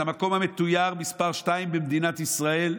זה המקום המתויר מס' 2 במדינת ישראל,